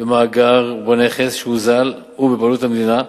במאגר והנכס שאוזל הוא בבעלות המדינה,